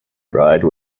ride